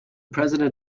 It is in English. president